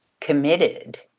committed